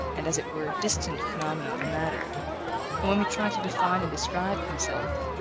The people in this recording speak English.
and, as it were, distant phenomena of matter but when we try to define and describe himself,